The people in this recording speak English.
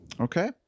Okay